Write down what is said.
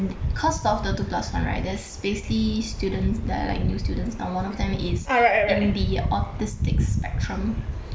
cause of the two plus one right there's basically students that are like new students and one of them is in the autistic spectrum